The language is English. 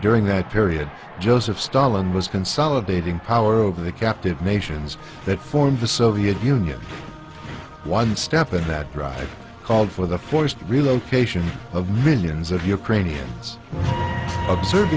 during that period joseph stalin was consolidating power over the captive nations that formed the soviet union one step in that draft called for the forced relocation of millions of ukrainians observ